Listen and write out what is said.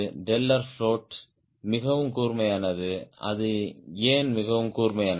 float மிகவும் கூர்மையானது அது ஏன் மிகவும் கூர்மையானது